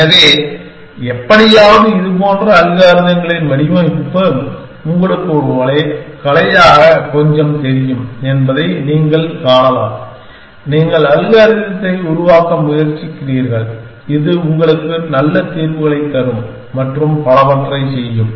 எனவே எப்படியாவது இதுபோன்ற அல்காரிதங்களின் வடிவமைப்பு உங்களுக்கு ஒரு கலையாக கொஞ்சம் தெரியும் என்பதை நீங்கள் காணலாம் நீங்கள் அல்காரிதத்தை உருவாக்க முயற்சிக்கிறீர்கள் இது உங்களுக்கு நல்ல தீர்வுகளைத் தரும் மற்றும் பலவற்றைச் செய்யும்